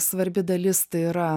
svarbi dalis tai yra